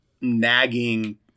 nagging